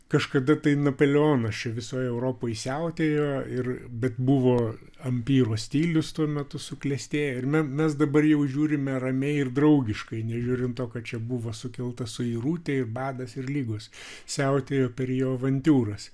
kažkada tai napoleonas visoj europoj siautėjo bet buvo ampyro stilius tuo metu suklestėjo ir me mes dabar jau žiūrime ramiai ir draugiškai nežiūrint to kad čia buvo sukelta suirutė ir badas ir ligos siautėjo per jo avantiūras